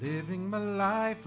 living my life